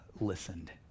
listened